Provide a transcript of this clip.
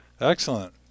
Excellent